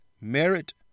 merit